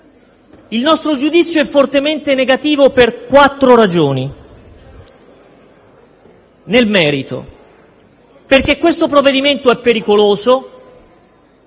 Il nostro giudizio è fortemente negativo per quattro ragioni. Nel merito: perché questo provvedimento è pericoloso;